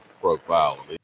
profile